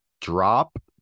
drop